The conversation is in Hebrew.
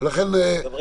ולכן דרים